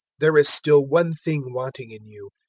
there is still one thing wanting in you.